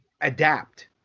adapt